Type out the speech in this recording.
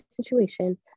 situation